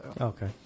Okay